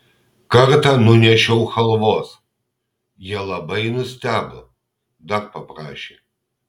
kartą nunešiau chalvos jie labai nustebo dar paprašė